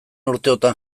urteotan